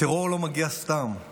הטרור לא מגיע סתם,